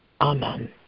Amen